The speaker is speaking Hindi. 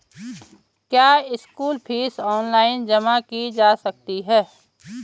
क्या स्कूल फीस ऑनलाइन जमा की जा सकती है?